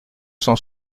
cent